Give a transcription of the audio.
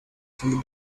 from